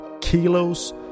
kilos